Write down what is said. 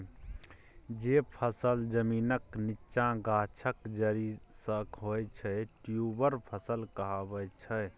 जे फसल जमीनक नीच्चाँ गाछक जरि सँ होइ छै ट्युबर फसल कहाबै छै